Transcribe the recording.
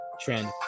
trend